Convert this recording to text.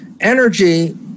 energy